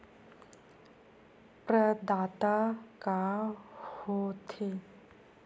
प्रदाता का हो थे?